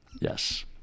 yes